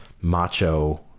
macho